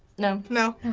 no. no.